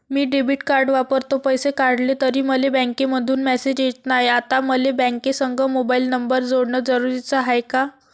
मी debit card वापरतो, पैसे काढले तरी मले बँकेमंधून मेसेज येत नाय, आता मले बँकेसंग मोबाईल नंबर जोडन जरुरीच हाय का?